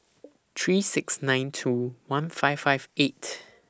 three six nine two one five five eight